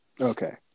Okay